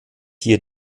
hier